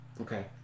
Okay